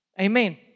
Amen